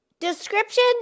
description